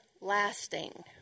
lasting